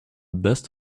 best